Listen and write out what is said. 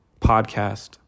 podcast